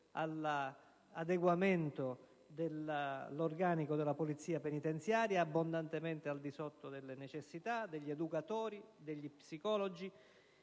all'adeguamento dell'organico della polizia penitenziaria (abbondantemente al di sotto delle necessità) degli educatori e degli psicologi;